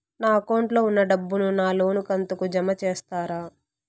నా అకౌంట్ లో ఉన్న డబ్బును నా లోను కంతు కు జామ చేస్తారా?